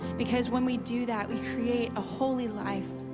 because when we do that, we create a holy life,